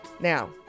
Now